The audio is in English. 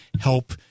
help